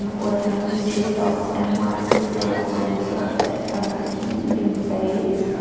um we're a family of two adults and one six year old going through a bit of a picky eating phase,